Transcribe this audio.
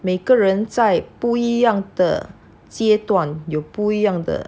每个人在不一样的阶段有不一样的